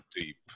deep